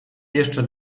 jeszcze